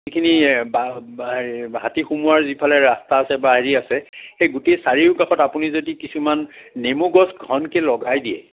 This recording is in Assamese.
এইখিনি বা হাতী সোমোৱাৰ যিফালে ৰাস্তা আছে বা হেৰি আছে সেই গোটেই চাৰিওকাষত আপুনি যদি কিছুমান নেমু গছ ঘনকৈ লগাই দিয়ে